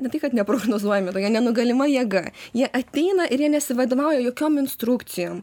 ne tai kad neprognozuojami tokia nenugalima jėga jie ateina ir jie nesivadovauja jokiom instrukcijom